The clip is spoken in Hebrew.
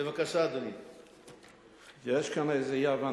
יש כאן איזו אי-הבנה.